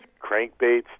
crankbaits